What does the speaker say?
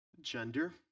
gender